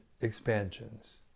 expansions